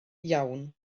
iawn